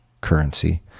currency